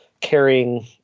carrying